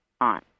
on